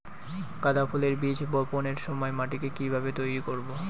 গাদা ফুলের বীজ বপনের সময় মাটিকে কিভাবে তৈরি করব?